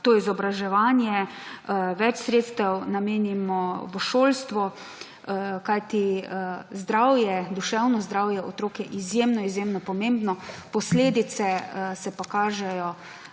to izobraževanje, več sredstev namenimo v šolstvo, kajti zdravje, duševno zdravje otrok je izjemno, izjemno pomembno. Posledice se pa kažejo